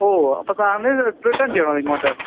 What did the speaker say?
ഓ അപ്പോള് സാറിനിത് റിട്ടൺ ചെയ്യണമോ ഇങ്ങോട്ട്